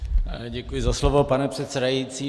Děkuji za slovo, pane předsedající.